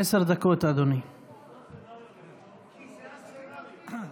עוברים להצעה הבאה על סדר-היום.